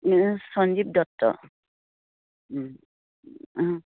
সঞ্জীৱ দত্ত অঁ